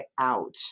out